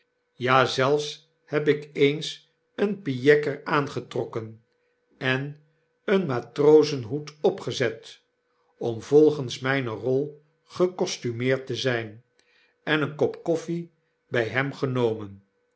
ja zelfs heb ik eens een pyekker aangetrokken en een matrozenhoed opgezet om volgens myne rol gecostumeerd te zyn en een kop koffie by hem genomen